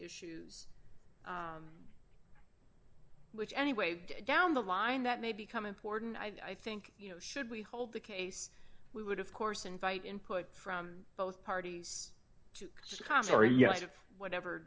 issues which any way down the line that may become important i think you know should we hold the case we would of course invite input from both parties camara yet of whatever